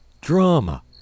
drama